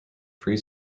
free